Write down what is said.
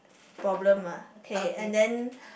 problem ah okay and then